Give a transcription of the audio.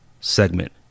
segment